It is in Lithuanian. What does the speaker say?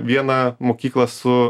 vieną mokyklą su